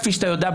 כפי שאתה יודע,